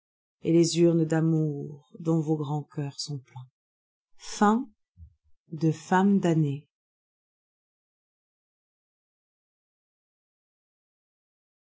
et les urnes d'amour dont vos grands cœurs sont pleins